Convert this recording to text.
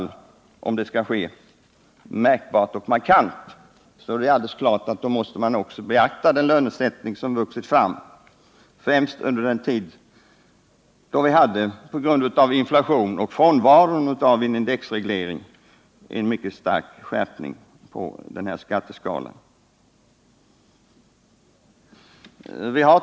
Men om detta skall göras märkbart och markant är det alldeles klart att man då måste beakta denna lönesättning som vuxit fram främst under den tid då vi på grund av inflation och frånvaron av en indexreglering hade en mycket stark skärpning av skatteskalan.